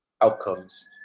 outcomes